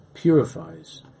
purifies